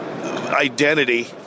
identity